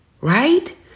right